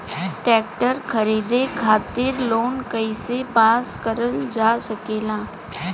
Tractor खरीदे खातीर loan कइसे पास करल जा सकेला?